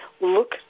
look